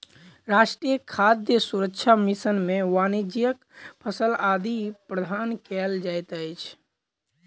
राष्ट्रीय खाद्य सुरक्षा मिशन में वाणिज्यक फसिल आदि प्रदान कयल जाइत अछि